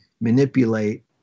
manipulate